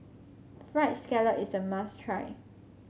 fried scallop is a must try